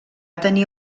tenir